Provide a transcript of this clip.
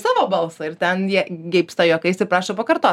savo balsą ir ten jie geibsta juokais ir prašo pakartot